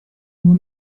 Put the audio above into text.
nur